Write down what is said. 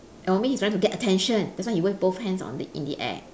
or maybe he is trying to get attention that's why he wave both hands on the in the air